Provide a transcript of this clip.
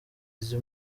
izi